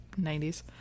90s